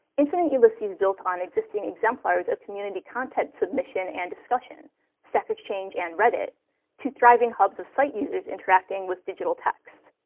infinite ulysses built on existing exemplars of community content submission and discussion stack exchange and reddit to thriving hubs of site users interacting with digital texts.